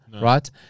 right